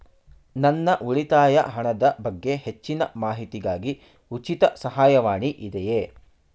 ನನ್ನ ಉಳಿತಾಯ ಹಣದ ಬಗ್ಗೆ ಹೆಚ್ಚಿನ ಮಾಹಿತಿಗಾಗಿ ಉಚಿತ ಸಹಾಯವಾಣಿ ಇದೆಯೇ?